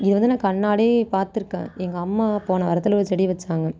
இதை வந்து நான் கண்ணாலேயே பார்த்துருக்கேன் எங்கள் அம்மா போன வாரத்தில் ஒரு செடி வச்சாங்க